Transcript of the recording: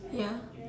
ya